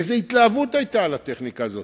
איזו התלהבות היתה מהטכניקה הזאת.